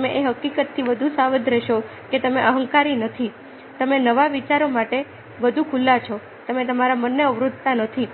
તમે એ હકીકતથી વધુ સાવધ રહેશો કે તમે અહંકારી નથી તમે નવા વિચારો માટે વધુ ખુલ્લા છો તમે તમારા મનને અવરોધતા નથી